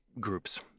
groups